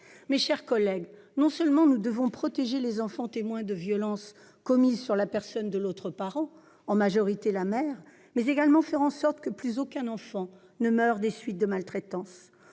Mes chers collègues, non seulement nous devons protéger les enfants témoins de violences commises sur la personne de l'autre parent- dans la majorité des cas, la mère -, mais nous devons également faire en sorte que plus aucun enfant ne meure des suites de maltraitance.